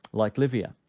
like livia,